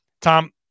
Tom